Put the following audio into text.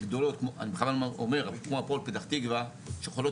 גדולות כמו הפועל פתח תקווה שיכולות